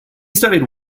studied